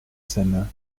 scène